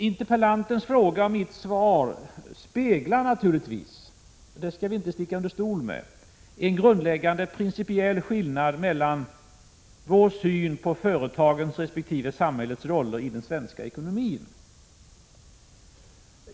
Interpellantens fråga och mitt svar speglar naturligtvis — det skall vi inte sticka under stol med — en grundläggande principiell skillnad mellan vår syn på företagens resp. samhällets roll i den svenska ekonomin.